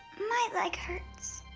my leg hurts.